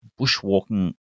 Bushwalking